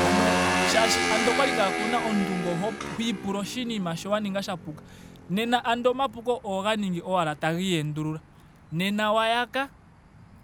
Ano shaashi ando okwali kakuuna omuntu ngo ho- ho ipula oshinima sho wa ninga sha puka. nena ano omapuko oho ga ningi ashike taga iyendulula. Nena wa yaka.